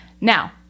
now